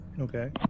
Okay